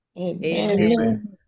amen